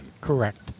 Correct